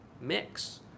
mix